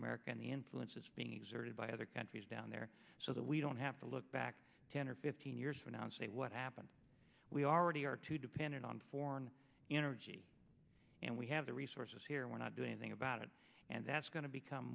the influence is being exerted by other countries down there so that we don't have to look back ten or fifteen years from now and say what happened we already are too dependent on foreign energy and we have the resources here we're not doing anything about it and that's going to become